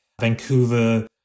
vancouver